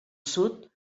sud